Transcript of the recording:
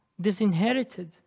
disinherited